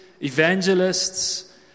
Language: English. evangelists